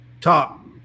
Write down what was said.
top